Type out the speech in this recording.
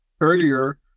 earlier